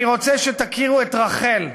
אני רוצה שתכירו את רח"ל,